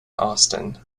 austin